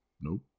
nope